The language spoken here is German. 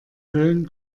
köln